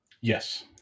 Yes